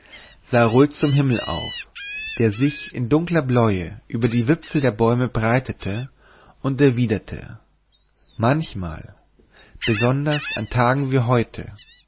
sah ruhig zum himmel auf der sich in dunkler bläue über die wipfel der bäume breitete und erwiderte manchmal besonders an tagen wie heute